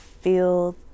feel